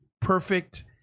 perfect